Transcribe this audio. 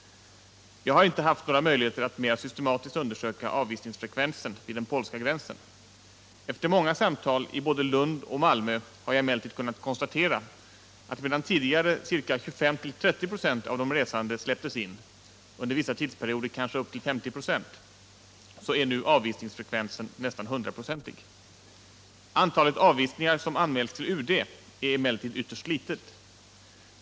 Jag har inte haft möjligheter att mera systematiskt undersöka avvisningsfrekvensen vid den polska gränsen. Efter många samtal i både Lund och Malmö har jag emellertid kunnat konstatera, att medan 25-30 926 av de resande tidigare har släppts in — under vissa perioder kanske upp till 50 26 — är avvisningsfrekvensen nu nästan hundraprocentig. Antalet avvisningar som anmäls till UD är emellertid ytterst litet.